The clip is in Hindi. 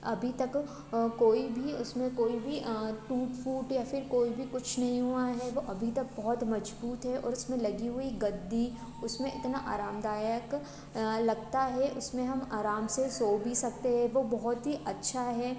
अभी तक कोई भी उस में कोई भी टूट फूट या फिर कोई भी कुछ नहीं हुआ है अभी तक बहुत मज़बूत है और उस में लगी हुई गद्दी उस में इतना आरामदायक लगता है उसमें हम आराम से सो भी सकते हैं वो बहुत ही अच्छा है